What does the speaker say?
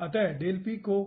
अतः को